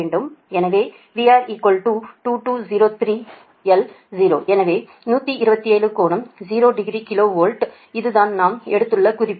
எனவே VR 2203∟0 எனவே 127 கோணம் 0 டிகிரி கிலோ வோல்ட் இதுதான் நாம் எடுத்துள்ள குறிப்பு